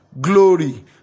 glory